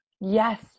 Yes